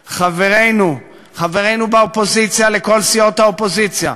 חברינו, חברינו באופוזיציה, בכל סיעות האופוזיציה,